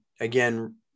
again